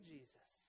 Jesus